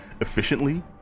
efficiently